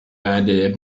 idea